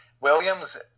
Williams